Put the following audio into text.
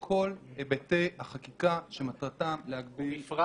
על כל היבטי החקיקה שמטרתם להגביל --- בפרט